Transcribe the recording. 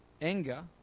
Anger